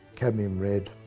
cadmium red,